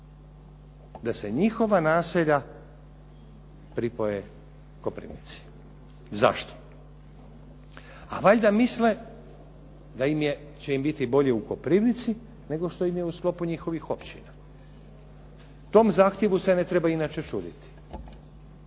da se njihova naselja pripoje Koprivnici. Zašto? A valjda misle da će im biti bolje u Koprivnici nego što im je u sklopu njihovih općina. Tom zahtjevu se ne treba inače čuditi.